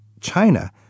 China